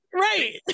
Right